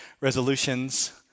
resolutions